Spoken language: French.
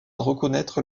reconnaître